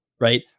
Right